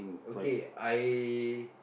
okay I